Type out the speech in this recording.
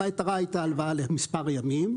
המטרה הייתה הלוואה למספר ימים.